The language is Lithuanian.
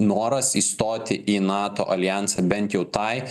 noras įstoti į nato aljansą bent jau tai